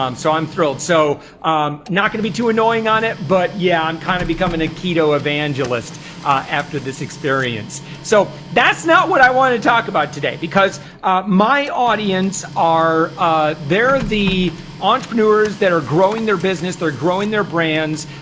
so i'm thrilled so not going to be too annoying on it. but yeah, i'm kind of become an aikido evangelist after this experience so that's not what i want to talk about today because my audience are they're the entrepreneurs that are growing their business they're growing their brands.